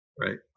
right